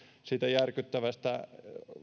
siitä järkyttävästä